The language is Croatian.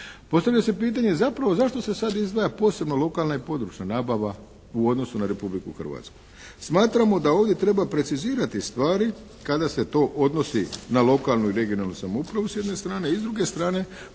Postavlja se pitanje zapravo zašto se sada izdvaja posebno lokalna i područna nabava u odnosu na Republiku Hrvatsku. Smatramo da ovdje treba precizirati stvari kada se to odnosi na lokalnu i regionalnu samoupravu s jedne strane i s druge strane